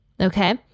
Okay